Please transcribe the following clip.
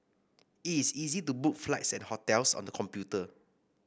it's easy to book flights and hotels on the computer